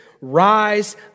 rise